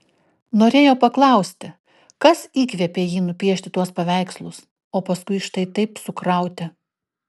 norėjo paklausti kas įkvėpė jį nupiešti tuos paveikslus o paskui štai taip sukrauti